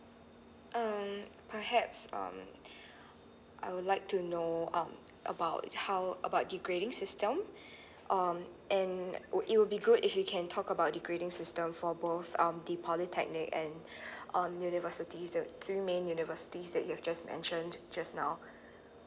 um perhaps um I would like to know um about how about the grading system um and would it would be good if you can talk about the grading system for both um the polytechnic and um universities the three main universities that you've just mentioned just now